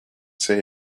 say